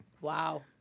wow